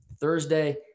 Thursday